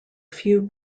few